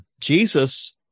Jesus